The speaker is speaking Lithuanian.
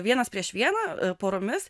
vienas prieš vieną poromis